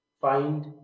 find